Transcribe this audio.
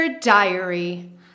diary